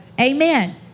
Amen